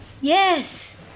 Yes